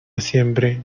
siempre